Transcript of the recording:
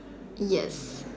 yes